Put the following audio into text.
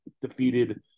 defeated